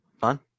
Fun